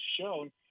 shown